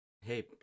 hey